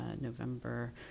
November